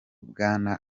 bwana